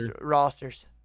rosters